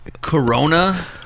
Corona